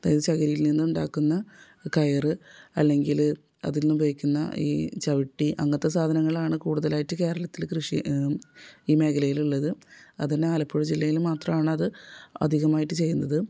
അതായത് ചകിരിയിൽ നിന്നുണ്ടാക്കുന്ന കയർ അല്ലെങ്കിൽ അതിൽ നിന്ന് ഉപയോഗിക്കുന്ന ഈ ചവിട്ടി അങ്ങത്തെ സാധനങ്ങളാണ് കൂടുതലായിട്ട് കേരളത്തിൽ കൃഷി ഈ മേഖലയിലുള്ളത് അതിനാലപ്പുഴ ജില്ലയിൽ മാത്രമാണത് അധികമായിട്ട് ചെയ്യുന്നത്